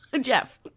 Jeff